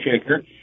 shaker